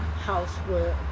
housework